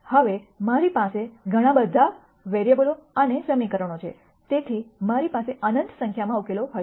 હવે મારી પાસે ઘણા વધુ વેરીએબલો અને સમીકરણો છે તેથી મારી પાસે અનંત સંખ્યામાં ઉકેલો હશે